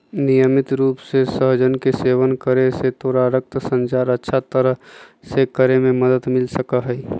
नियमित रूप से सहजन के सेवन करे से तोरा रक्त संचार अच्छा तरह से करे में मदद मिल सका हई